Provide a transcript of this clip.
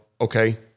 okay